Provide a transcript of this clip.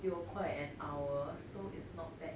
九块 an hour so is not bad